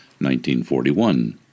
1941